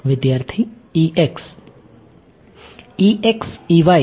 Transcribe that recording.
વિદ્યાર્થી E x